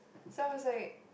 so I was like